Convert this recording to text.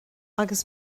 agus